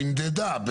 נמדדה.